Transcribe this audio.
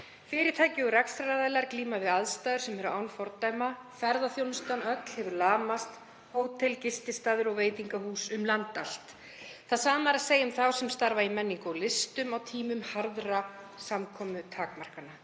Fyrirtæki og rekstraraðilar glíma við aðstæður sem eru án fordæma. Ferðaþjónustan öll hefur lamast, hótel, gististaðir og veitingahús um land allt. Það sama er að segja um þá sem starfa í menningu og listum á tímum harðra samkomutakmarkana.